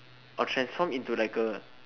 I'll transform into like a